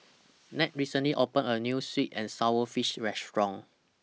Nat recently opened A New Sweet and Sour Fish Restaurant